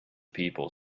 people